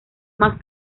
más